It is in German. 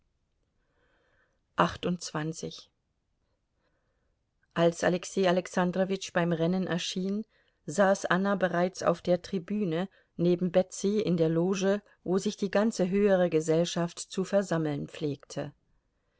als alexei alexandrowitsch beim rennen erschien saß anna bereits auf der tribüne neben betsy in der loge wo sich die ganze höhere gesellschaft zu versammeln pflegte